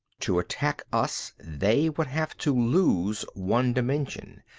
to attack us they would have to lose one dimension.